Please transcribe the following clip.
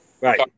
Right